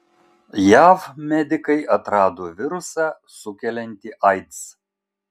jav medikai atrado virusą sukeliantį aids